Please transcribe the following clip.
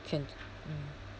can mm